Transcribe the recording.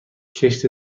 کشت